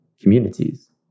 communities